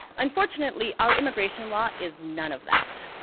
unfortunately, our immigration law is none of that.